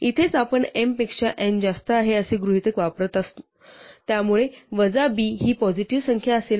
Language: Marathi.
इथेच आपण m पेक्षा n जास्त आहे असे गृहितक वापरत आहोत त्यामुळे वजा b ही पॉसिटीव्ह संख्या असेल